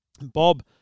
Bob